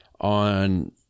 on